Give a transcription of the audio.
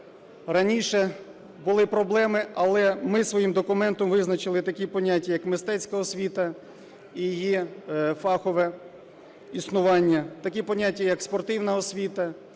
раніше були проблеми, але ми своїм документом визначили такі поняття, як "мистецька освіта" і її фахове існування, такі поняття , як "спортивна освіта".